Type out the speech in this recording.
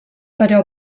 però